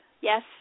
Yes